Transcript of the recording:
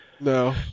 No